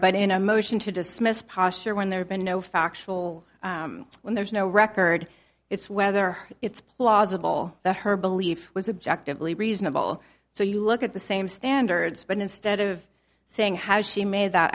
but in a motion to dismiss posture when there's been no factual when there's no record it's whether it's plausible that her belief was objective lee reasonable so you look at the same standards but instead of saying how she made that